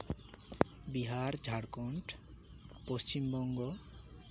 Bihar Jharkhand Paschim Banga